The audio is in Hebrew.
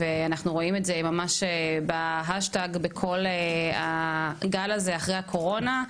שאנחנו רואים את זה ממש ב- Hashtag בכל הגל הזה אחרי הקורונה.